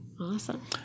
Awesome